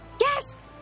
Yes